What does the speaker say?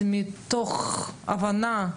מתוך הבנה,